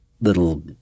little